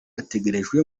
ategerejwe